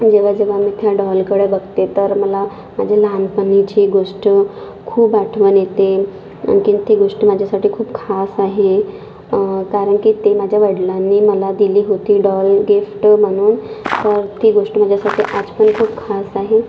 जेव्हा जेव्हा मी त्या डॉलकडे बघते तर मला माझ्या लहानपणीची गोष्ट खूप आठवण येते आणखीन ती गोष्ट माझ्यासाठी खूप खास आहे कारण की ती माझ्या वडिलांनी मला दिली होती डॉल गिफ्ट म्हणून तर ती गोष्ट माझ्यासाठी आज पण खूप खास आहे